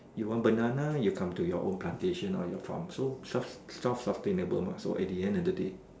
you want banana you come to your own plantation or your farm so self self sustainable mah at the end of the day